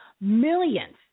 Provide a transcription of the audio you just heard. millions